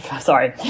Sorry